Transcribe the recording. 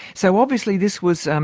so obviously this was, um